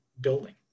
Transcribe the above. building